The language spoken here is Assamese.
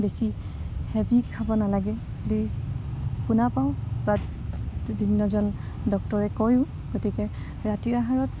বেছি হেভি খাব নালাগে বুলি শুনা পাওঁ বাত বিভিন্নজন ডক্তৰে কয়ো গতিকে ৰাতিৰ আহাৰত